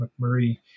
McMurray